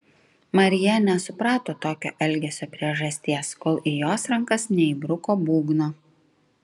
marija nesuprato tokio elgesio priežasties kol į jos rankas neįbruko būgno